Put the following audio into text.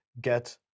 get